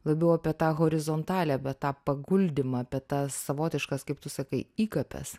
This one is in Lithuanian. labiau apie tą horizontalią apie tą paguldymą apie tas savotiškas kaip tu sakai įkapes